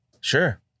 sure